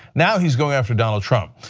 now he is going after donald trump.